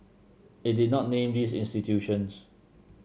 it did not name these institutions